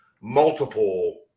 multiple